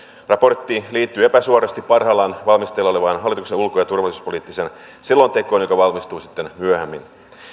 raportti liittyi epäsuorasti parhaillaan valmisteilla olevaan hallituksen ulko ja turvallisuuspoliittiseen selontekoon joka valmistuu sitten myöhemmin